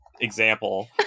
example